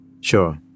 Sure